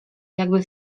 jakby